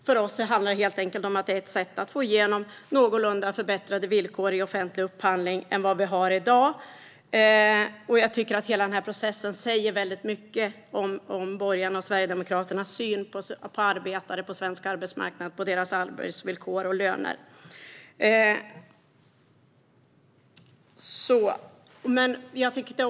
För oss är det helt enkelt ett sätt att få igenom någorlunda förbättrade villkor i offentlig upphandling. Jag tycker att hela den här processen säger mycket om borgarnas och Sverigedemokraternas syn på arbetares arbetsvillkor och löner på svensk arbetsmarknad.